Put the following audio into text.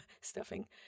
Stuffing